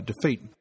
defeat